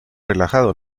relajado